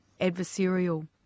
adversarial